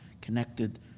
connected